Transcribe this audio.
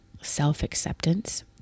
self-acceptance